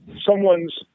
someone's